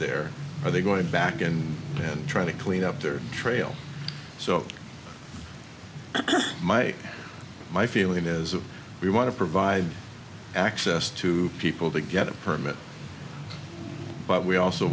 there are they going back in and try to clean up their trail so my my feeling is that we want to provide access to people to get a permit but we also